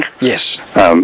Yes